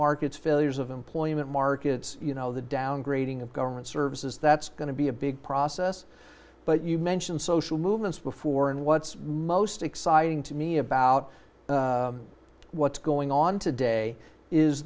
markets failures of employment markets you know the downgrading of government services that's going to be a big process but you mentioned social movements before and what's most exciting to me about about what's going on today is